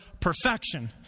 perfection